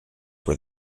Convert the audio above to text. were